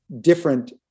different